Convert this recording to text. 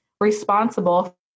responsible